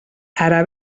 ara